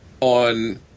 on